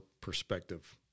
perspective